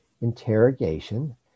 interrogation